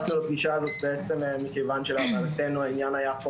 אנחנו הצטרפנו לפגישה הזאת בעצם מכיוון שלהבנתנו העניין היה פה